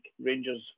rangers